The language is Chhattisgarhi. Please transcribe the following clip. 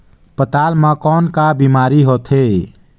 पातल म कौन का बीमारी होथे?